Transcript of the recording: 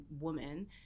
woman